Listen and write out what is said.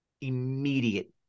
immediate